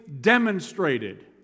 demonstrated